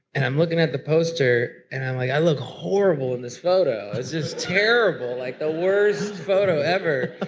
and i'm looking at the poster and i'm like, i look horrible in this photo. it's just terrible, like the worst photo ever.